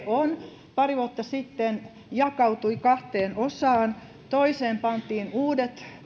on pari vuotta sitten jakautui kahteen osaan toiseen pantiin uudet